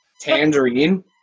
Tangerine